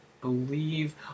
believe